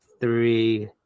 three